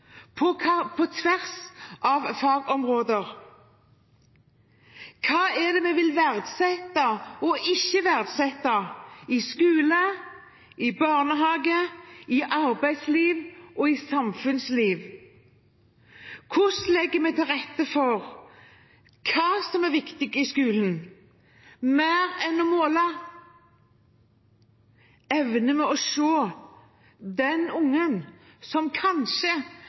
på tvers av fagområder? Hva er det vi vil verdsette og ikke verdsette – i skole, i barnehage, i arbeidsliv og i samfunnsliv? Hvordan legger vi til rette for hva som er viktig i skolen? Mer enn å måle – evner vi å se den ungen som kanskje